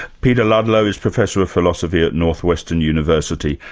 peter ludlow is professor of philosophy at northwestern university.